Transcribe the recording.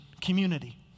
community